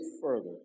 further